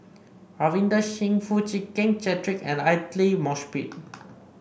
Ravinder Singh Foo Chee Keng Cedric and Aidli Mosbit